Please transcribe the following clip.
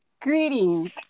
Greetings